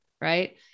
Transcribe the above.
right